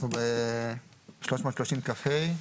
אנחנו ב-330כה.